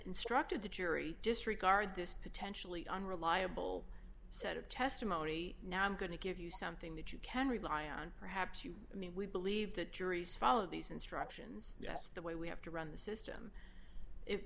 instructed the jury disregard this potentially unreliable set of testimony now i'm going to give you something that you can rely on perhaps you mean we believe that juries follow these instructions that's the way we have to run the system if